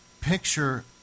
picture